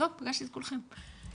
פגשתי את כולכם.